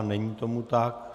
Není tomu tak.